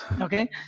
Okay